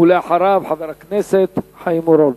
ואחריו, חבר הכנסת חיים אורון.